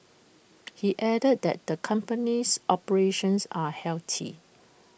he added that the company's operations are healthy